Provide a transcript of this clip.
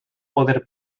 poder